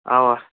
اَوا